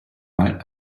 right